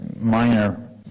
minor